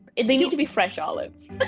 they need to be fresh olives.